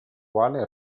quale